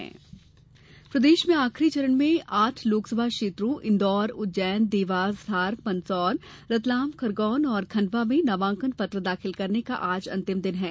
नामांकन प्रदेश में आखरी चरण में आठ लोकसभा क्षेत्रों इन्दौर उज्जैन देवास धार मंदसौर रतलाम खरगोन और खंडवा में नामांकन पत्र दाखिल करने का आज अंतिम दिन है